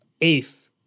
eighth